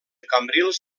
cambrils